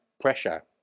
pressure